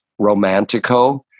Romantico